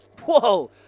Whoa